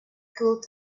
could